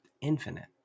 Infinite